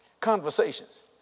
Conversations